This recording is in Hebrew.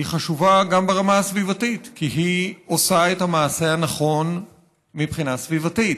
היא חשובה גם ברמה הסביבתית כי היא עושה את המעשה הנכון מבחינה סביבתית: